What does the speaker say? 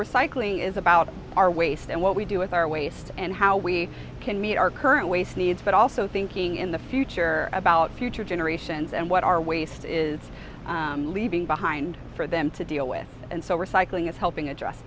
so recycling is about our waste and what we do with our waste and how we can meet our current waste needs but also thinking in the future about future generations and what our waste is leaving behind for them to deal with and so recycling is helping address